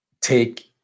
Take